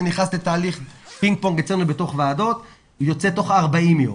זה נכנס לתהליך פינג פונג אצלנו בתוך ועדה ויוצא תוך 40 ימים.